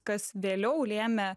kas vėliau lėmė